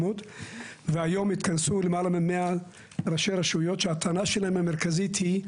והיום התכנסו למעלה מ-100 ראשי רשויות שהטענה שלהם המרכזית היא,